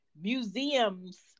museums